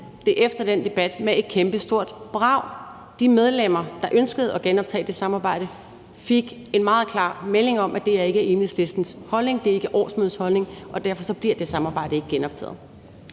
det efter den debat med et kæmpestort brag. De medlemmer, der ønskede at genoptage det samarbejde, fik en meget klar melding om, at det ikke er Enhedslistens holdning og ikke årsmødets holdning, og derfor bliver det samarbejde ikke genoptaget.